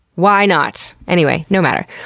why not? anyway, no matter.